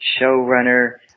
showrunner